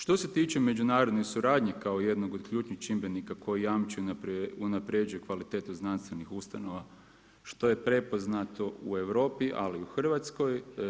Što se tiče međunarodne suradnje kao jednog od ključnih čimbenika koji jamči unapređuje kvalitetu znanstvenih ustanova, što je prepoznato u Europi, ali i u Hrvatskoj.